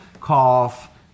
cough